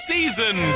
Season